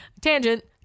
Tangent